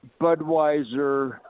Budweiser